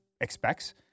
expects